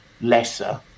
lesser